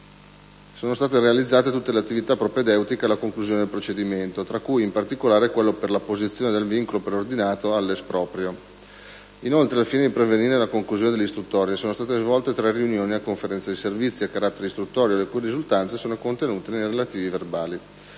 in atto tutte le attività propedeutiche alla conclusione del procedimento tra cui, in particolare, quello per l'apposizione del vincolo preordinato all'esproprio. Inoltre, al fine di pervenire alla conclusione dell'istruttoria, sono state svolte tre riunioni della Conferenza dei servizi, a carattere istruttorio, le cui risultanze sono contenute nei relativi resoconti